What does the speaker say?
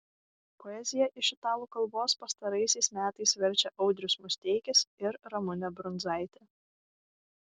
poeziją iš italų kalbos pastaraisiais metais verčia audrius musteikis ir ramunė brundzaitė